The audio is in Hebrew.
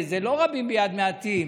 זה לא רבים ביד מעטים,